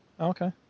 Okay